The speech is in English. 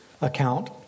account